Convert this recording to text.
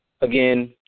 again